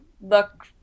look